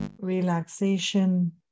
relaxation